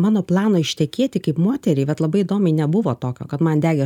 mano plano ištekėti kaip moteriai vat labai įdomiai nebuvo tokio kad man degė